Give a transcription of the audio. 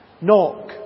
Knock